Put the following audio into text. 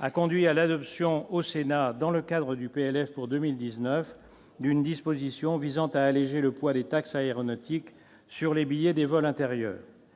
a conduit à l'adoption au Sénat dans le cadre du PLF pour 2019 une disposition visant à alléger le poids des taxes aéronautiques sur les billets des vols intérieurs,